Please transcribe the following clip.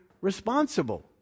responsible